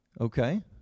Okay